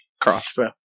crossbow